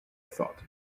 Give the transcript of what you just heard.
thought